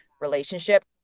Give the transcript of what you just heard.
relationship